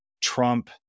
Trump